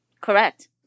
Correct